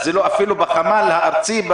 אז זה אפילו לא בחמ"ל הארצי,